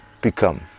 become